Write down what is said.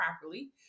properly